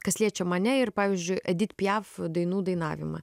kas liečia mane ir pavyzdžiui edit piaf dainų dainavimą